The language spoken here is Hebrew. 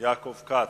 יעקב כץ.